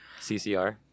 CCR